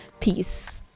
Peace